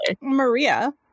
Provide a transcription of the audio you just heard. Maria